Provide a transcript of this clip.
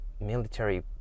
military